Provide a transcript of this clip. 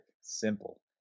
simple